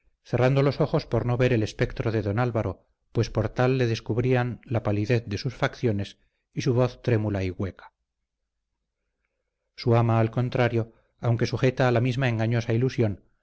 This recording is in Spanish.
cerrando los ojos por no ver el espectro de don álvaro pues por tal le descubrían la palidez de sus facciones y su voz trémula y hueca su ama al contrario aunque sujeta a la misma engañosa ilusión